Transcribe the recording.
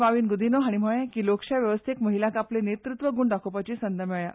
माविन गुदिन्हो हांणी म्हणले लोकशाय वेवस्थेत महिलांक आपले नेतृत्व ग्ण दाखोवपाची संद मेळ्ळ्या